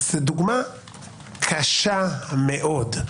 זו דוגמה קשה מאוד.